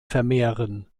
vermehren